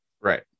right